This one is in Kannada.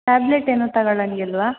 ಟ್ಯಾಬ್ಲೆಟ್ ಏನು ತಗಳಂಗೆ ಇಲ್ಲವಾ